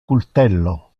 cultello